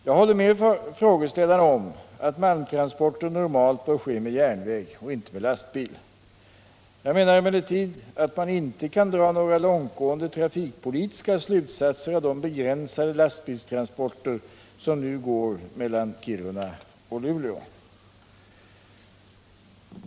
Jag håller med frågeställarna om att malmtransporter normalt bör ske med järnväg och inte med lastbil. Jag menar emellertid att man inte kan dra några långtgående trafikpolitiska slutsatser av de begränsade lastbilstransporter som nu går mellan Kiruna och Luleå.